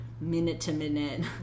minute-to-minute